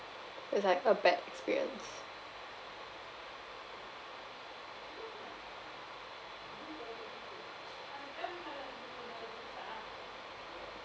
it's like a bad experience